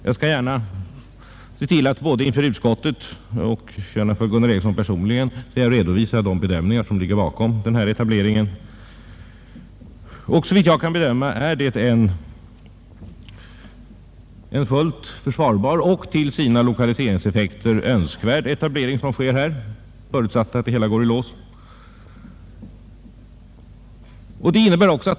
Men jag skall inför utskottet och gärna för Gunnar Ericsson personligen redovisa de bedömningar som ligger bakom denna etablering. Såvitt jag kan bedöma är det en fullt försvarbar och till sina lokaliseringseffekter önskvärd etablering som sker här, förutsatt att det hela går i lås.